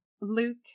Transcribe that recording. luke